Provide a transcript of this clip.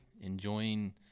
enjoying